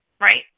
right